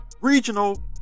regional